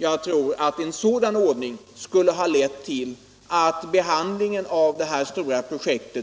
Jag tror att en sådan ordning skulle ha lett till att behandlingen av detta stora projekt